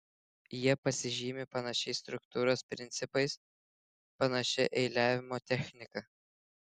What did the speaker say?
jie pasižymi panašiais struktūros principais panašia eiliavimo technika